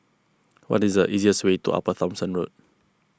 what is the easiest way to Upper Thomson Road